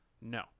No